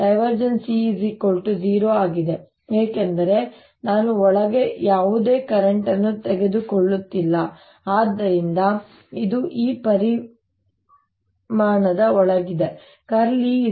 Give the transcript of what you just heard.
E 0 ಆಗಿದೆ ಏಕೆಂದರೆ ನಾನು ಒಳಗೆ ಯಾವುದೇ ಕರೆಂಟ್ ಅನ್ನು ತೆಗೆದುಕೊಳ್ಳುತ್ತಿಲ್ಲ ಆದ್ದರಿಂದ ಇದು ಈ ಪರಿಮಾಣದ ಒಳಗೆ ಇದೆ